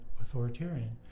authoritarian